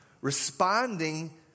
responding